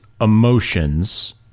emotions